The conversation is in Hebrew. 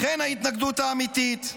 לכן ההתנגדות האמיתית.